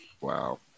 Wow